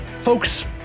folks